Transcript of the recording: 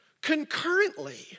concurrently